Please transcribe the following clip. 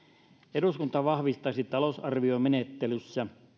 eduskunta vahvistaisi talousarviomenettelyssä